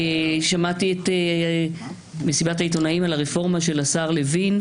שמעתי את מסיבת העיתונאים על הרפורמה של השר הלוין,